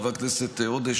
חבר הכנסת עודה,